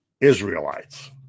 Israelites